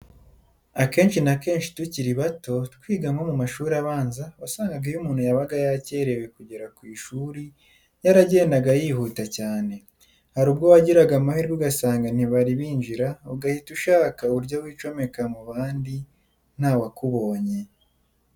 Akenshi na kenshi tukiri bato, twiga nko mu mashuri abanza, wasangaga iyo umuntu yabaga yakerewe kugera ku ishuri yaragendaga yihuta cyane. Hari ubwo wagiraga amahirwe ugasanga ntibari binjira, ugahita ushaka uburyo wicomeka mu bandi nta wukubonye.